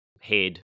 Head